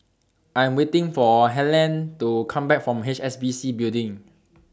I'm waiting For Helene to Come Back from H S B C Building